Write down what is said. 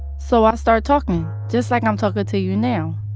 so i start talking, just like i'm talking to you now.